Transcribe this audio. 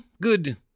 Good